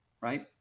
right